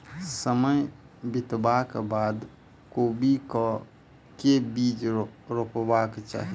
समय बितबाक बाद कोबी केँ के बीज रोपबाक चाहि?